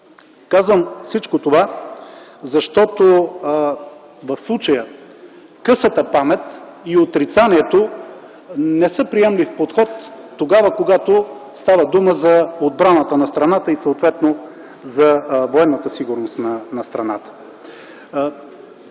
Казвам всичко това, защото в случая късата памет и отрицанието не са приемлив подход тогава, когато става дума за отбраната на страната и съответно за военната сигурност на страната.